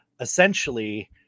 essentially